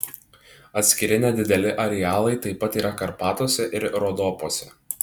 atskiri nedideli arealai taip pat yra karpatuose ir rodopuose